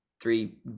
three